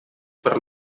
per